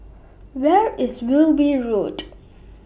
Where IS Wilby Road